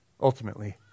ultimately